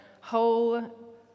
whole